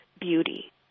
beauty